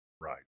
Right